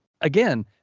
again